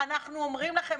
אנחנו אומרים לכם,